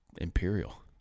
Imperial